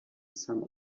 some